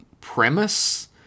premise